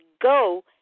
Go